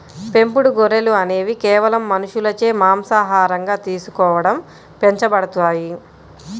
పెంపుడు గొర్రెలు అనేవి కేవలం మనుషులచే మాంసాహారంగా తీసుకోవడం పెంచబడతాయి